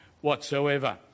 whatsoever